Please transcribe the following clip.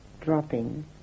dropping